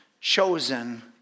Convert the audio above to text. chosen